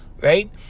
Right